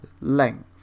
length